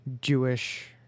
Jewish